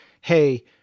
hey